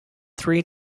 three